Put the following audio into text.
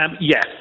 Yes